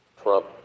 Trump